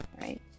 Right